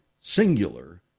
singular